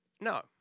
no